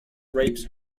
rapes